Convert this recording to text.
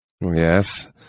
Yes